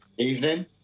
Evening